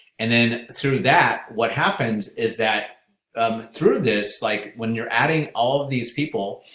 and then through that what happens is that um through this, like when you're adding all of these people,